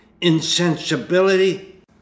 Insensibility